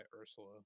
Ursula